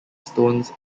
stones